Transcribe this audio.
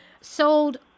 sold